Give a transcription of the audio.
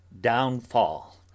downfall